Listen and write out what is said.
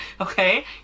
okay